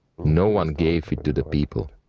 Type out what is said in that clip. no one gave it to to people.